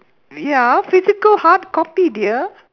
ya physical hard copy dear